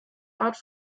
art